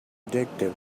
addictive